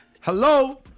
Hello